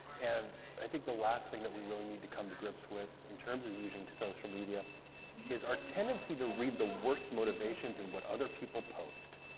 and i think the last thing that we really need to come to grips with in terms of using social media is our tendency to read the worst motivations in what other people post.